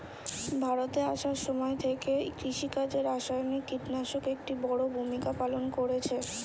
ভারতে আসার সময় থেকে কৃষিকাজে রাসায়নিক কিটনাশক একটি বড়ো ভূমিকা পালন করেছে